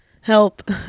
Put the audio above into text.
Help